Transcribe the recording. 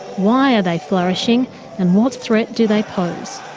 why are they flourishing and what threat do they pose?